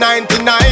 99